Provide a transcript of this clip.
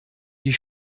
die